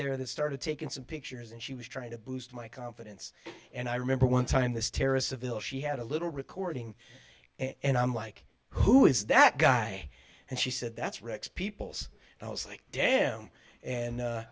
there that started taking some pictures and she was trying to boost my confidence and i remember one time this terrorist seville she had a little recording and i'm like who is that guy and she said that's rex peoples and i was like damn and